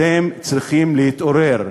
אתם צריכים להתעורר,